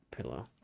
pillow